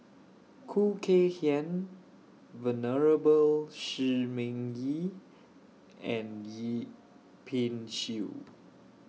Khoo Kay Hian Venerable Shi Ming Yi and Yip Pin Xiu